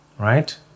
Right